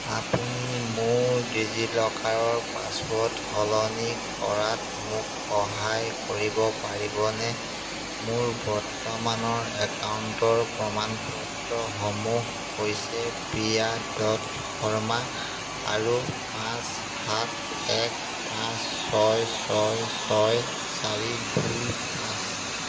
আপুনি মোৰ ডিজিলকাৰৰ পাছৱৰ্ড সলনি কৰাত মোক সহায় কৰিব পাৰিবনে মোৰ বৰ্তমানৰ একাউণ্টৰ প্ৰমাণপত্ৰসমূহ হৈছে প্ৰিয়া শৰ্মা আৰু পাঁচ সাত এক পাঁচ ছয় ছয় ছয় চাৰি দুই পাঁচ